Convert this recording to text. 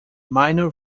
minor